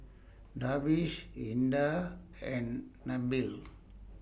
Darwish Indah and Nabil